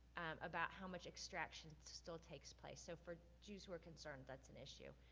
about how much extraction still takes place. so for jews who are concerned that's an issue.